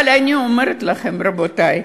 אבל אני אומרת לכם, רבותי,